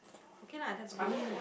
okay lah that's good